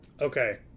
Okay